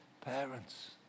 parents